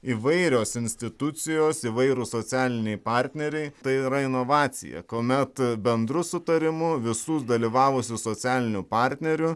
įvairios institucijos įvairūs socialiniai partneriai tai yra inovacija kuomet bendru sutarimu visų dalyvavusių socialinių partnerių